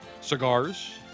cigars